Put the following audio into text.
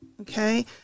okay